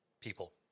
people